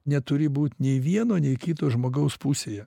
neturi būt nei vieno nei kito žmogaus pusėje